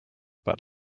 but